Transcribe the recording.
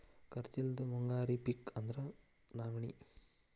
ಖರ್ಚ್ ಇಲ್ಲದ ಮುಂಗಾರಿ ಪಿಕ್ ಅಂದ್ರ ನವ್ಣಿ